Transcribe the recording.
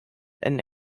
and